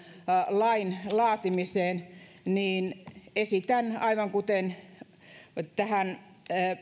lain laatimiseen esitän aivan kuten tähän